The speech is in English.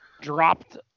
dropped